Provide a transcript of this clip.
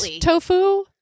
tofu